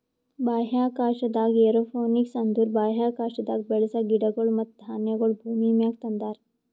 ಬಾಹ್ಯಾಕಾಶದಾಗ್ ಏರೋಪೋನಿಕ್ಸ್ ಅಂದುರ್ ಬಾಹ್ಯಾಕಾಶದಾಗ್ ಬೆಳಸ ಗಿಡಗೊಳ್ ಮತ್ತ ಧಾನ್ಯಗೊಳ್ ಭೂಮಿಮ್ಯಾಗ ತಂದಾರ್